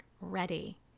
ready